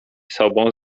sobą